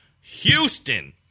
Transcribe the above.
Houston